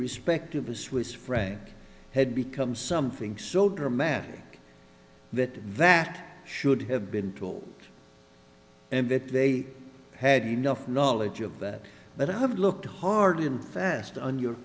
respect of a swiss franc had become something so dramatic that that should have been told and that they had enough knowledge of that but i have looked hard and fast on your